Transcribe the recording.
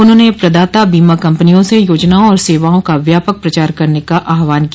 उन्होंने प्रदाता बीमा कम्पनियों से योजनाओं और सेवाओं का व्यापक प्रचार करने का आहवान किया